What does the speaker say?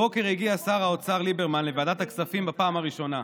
הבוקר הגיע שר האוצר ליברמן לוועדת הכספים בפעם הראשונה,